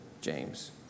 James